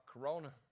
Corona